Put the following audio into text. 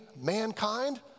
mankind